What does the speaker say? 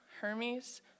Hermes